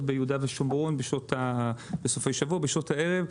ביהודה ושומרון בסופי שבוע בשעות הערב,